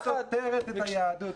שלא תהיה סותרת את היהדות.